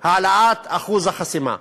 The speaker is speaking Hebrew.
של העלאת אחוז החסימה.